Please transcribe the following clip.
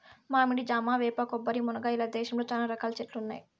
మామిడి, జామ, వేప, కొబ్బరి, మునగ ఇలా దేశంలో చానా రకాల చెట్లు ఉన్నాయి